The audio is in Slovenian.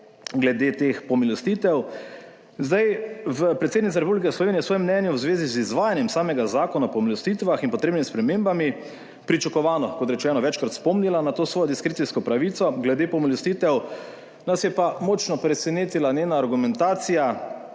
glede teh pomilostitev. Zdaj, predsednica Republike Slovenije je svoje mnenje v zvezi z izvajanjem samega Zakona o pomilostitvah in potrebnimi spremembami pričakovano, kot rečeno, večkrat spomnila na to svojo diskrecijsko pravico glede pomilostitev, nas je pa močno presenetila njena argumentacija,